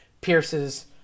pierces